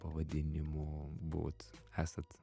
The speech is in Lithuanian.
pavadinimu buvot esat